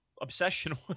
obsession